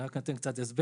אני רק נותן קצת הסבר.